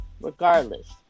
regardless